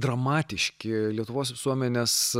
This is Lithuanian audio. dramatiški lietuvos visuomenės